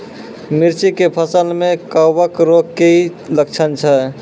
मिर्ची के फसल मे कवक रोग के की लक्छण छै?